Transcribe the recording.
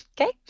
Okay